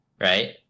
right